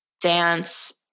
dance